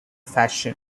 fashion